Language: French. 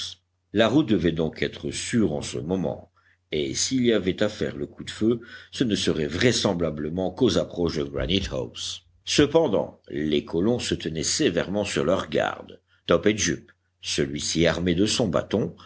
la route devait donc être sûre en ce moment et s'il y avait à faire le coup de feu ce ne serait vraisemblablement qu'aux approches de granite house cependant les colons se tenaient sévèrement sur leurs gardes top et jup celui-ci armé de son bâton